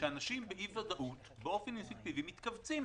שאנשים שנמצאים באי-ודאות באופן אינסטינקטיבי מתכווצים,